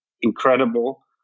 incredible